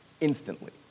instantly